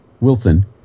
Wilson